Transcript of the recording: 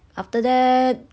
after that